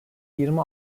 yirmi